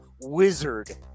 wizard